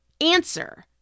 answer